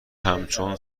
همچون